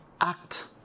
act